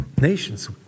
nations